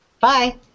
Bye